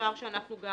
אפשר שאנחנו גם